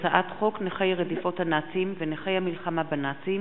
הצעת חוק נכי רדיפות הנאצים ונכי המלחמה בנאצים